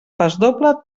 pasdoble